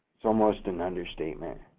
is almost an understatement